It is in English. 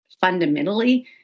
fundamentally